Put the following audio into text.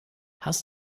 hast